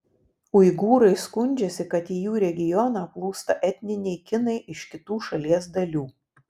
uigūrai skundžiasi kad į jų regioną plūsta etniniai kinai iš kitų šalies dalių